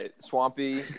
Swampy